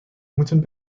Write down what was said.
moeten